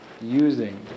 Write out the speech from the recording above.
using